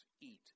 eat